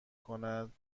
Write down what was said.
کند